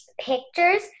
Pictures